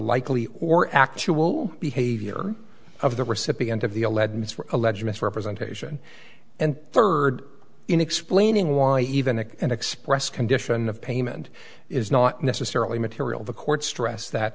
likely or actual behavior of the recipient of the alleged ms allege misrepresentation and third in explaining why even if an express condition of payment is not necessarily material the court stressed that